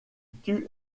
tue